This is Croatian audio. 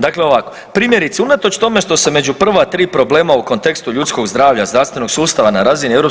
Dakle, ovako primjerice unatoč tome što se među prva 3 problema u kontekstu ljudskog zdravlja zdravstvenog sustava na razini EU